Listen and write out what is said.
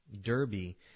derby